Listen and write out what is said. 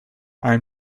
i’m